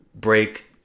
break